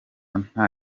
nta